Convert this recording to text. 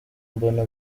mbona